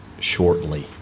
shortly